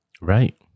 Right